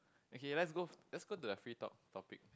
okay let's go let's go to the free top topic